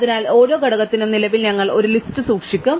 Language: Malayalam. അതിനാൽ ഓരോ ഘടകത്തിനും നിലവിൽ ഞങ്ങൾ ഒരു ലിസ്റ്റ് സൂക്ഷിക്കും